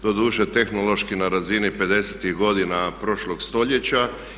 Doduše, tehnološki na razini pedesetih godina prošlog stoljeća.